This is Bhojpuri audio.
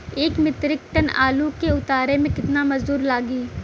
एक मित्रिक टन आलू के उतारे मे कितना मजदूर लागि?